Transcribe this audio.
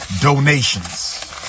Donations